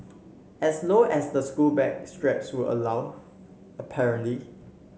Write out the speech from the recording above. as low as the school bag straps would allow apparently